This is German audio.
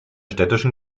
städtischen